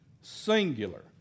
singular